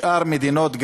שאר המדינות,